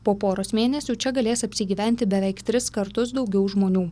po poros mėnesių čia galės apsigyventi beveik tris kartus daugiau žmonių